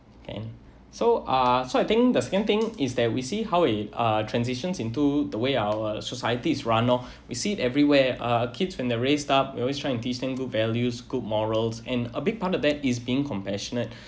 and so uh so I think the second thing is that we see how it uh transitions into the way our society is run oh we see everywhere uh kids when they're raised up you always try and teaching good values good morals and a big part of that is being compassionate